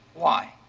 why?